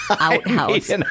outhouse